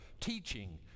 teaching